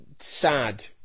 Sad